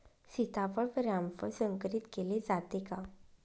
सीताफळ व रामफळ संकरित केले जाते का?